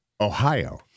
Ohio